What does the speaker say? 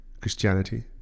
Christianity